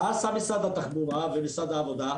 ומה עשו משרד התחבורה ומשרד העבודה?